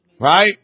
right